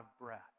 breath